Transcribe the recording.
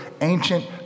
ancient